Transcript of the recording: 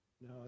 No